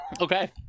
Okay